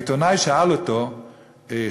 העיתונאי שאל אותו שאלות,